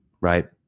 right